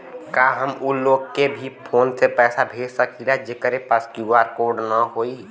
का हम ऊ लोग के भी फोन से पैसा भेज सकीला जेकरे पास क्यू.आर कोड न होई?